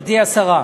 השרה,